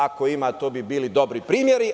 Ako ima, to bi bili dobri primeri.